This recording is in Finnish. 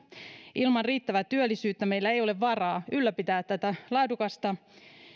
ilman riittävää työllisyyttä meillä ei ole varaa ylläpitää tätä laadukasta